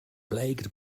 plagued